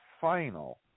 final